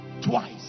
twice